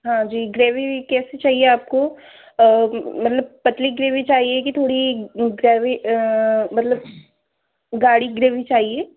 हाँ जी ग्रेवी कैसी चाहिए आपको मतलब पतली ग्रेवी चाहिए की थोड़ी ग्रेवी मतलब गाढ़ी ग्रेवी चाहिए